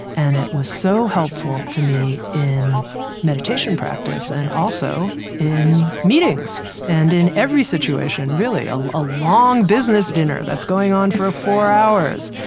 and it was so helpful to me in meditation practice and also in meetings and in every situation really, a long business dinner that's going on for four hours.